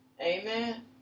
Amen